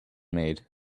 made